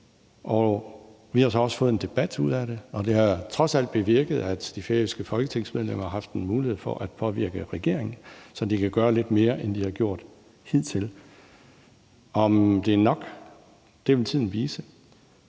vi har så også fået en debat ud af det, og det har trods alt bevirket, at de færøske folketingsmedlemmer har haft en mulighed for at påvirke regeringen, så de kan gøre lidt mere, end de har gjort hidtil. Om det er nok, vil tiden vise.